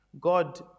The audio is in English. God